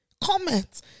comment